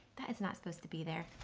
that is not supposed to be there.